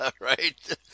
right